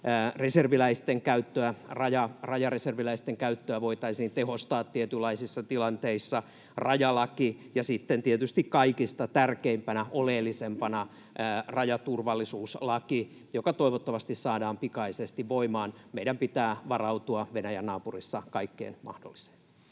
rajareserviläisten käyttöä, voitaisiin tehostaa tietynlaisissa tilanteissa, on rajalaki ja sitten tietysti kaikista tärkeimpänä ja oleellisimpana rajaturvallisuuslaki, joka toivottavasti saadaan pikaisesti voimaan. Meidän pitää varautua Venäjän naapurissa kaikkeen mahdolliseen.